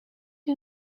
you